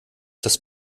das